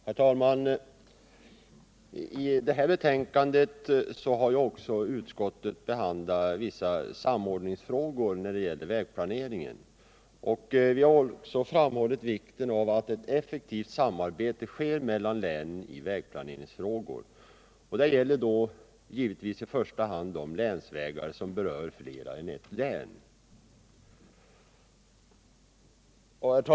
Herr talman! I det här betänkandet behandlas också vissa samordningsfrågor när det gäller vägplaneringen. Vi har också framhållit vikten av att ett effektivt samarbete sker mellan länen i vägplaneringsfrågor. Det gäller givetvis i första hand de länsvägar som berör mer än ett län.